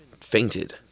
fainted